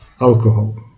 alcohol